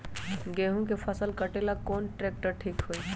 गेहूं के फसल कटेला कौन ट्रैक्टर ठीक होई?